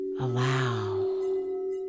Allow